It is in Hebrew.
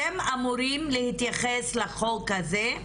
אתם אמורים להתייחס לחוק הזה,